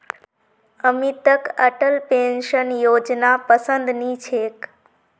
अमितक अटल पेंशन योजनापसंद नी छेक